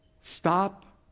stop